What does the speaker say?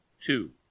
two